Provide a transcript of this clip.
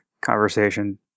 conversation